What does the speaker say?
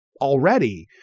already